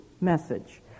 message